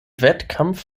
wettkampf